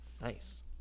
nice